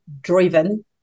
driven